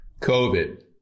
COVID